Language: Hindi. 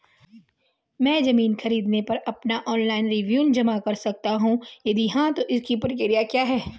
मैं ज़मीन खरीद पर अपना ऑनलाइन रेवन्यू जमा कर सकता हूँ यदि हाँ तो इसकी प्रक्रिया क्या है?